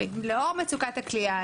בשל מצוקת הכליאה,